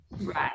Right